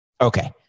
Okay